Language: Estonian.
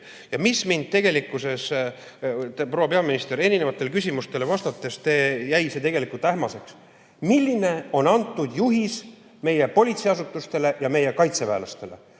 Ja mis tegelikult, proua peaminister, erinevatele küsimustele vastates jäi ähmaseks: milline on antud juhis meie politseiasutustele ja meie kaitseväelastele?